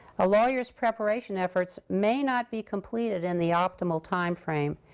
a lawyer's preparation efforts may not be completed in the optimal time frame.